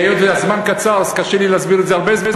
היות שהזמן קצר קשה לי להסביר את זה הרבה זמן,